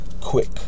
quick